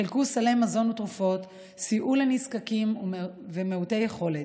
חילקו סלי מזון ותרופות וסייעו לנזקקים ומעוטי יכולת.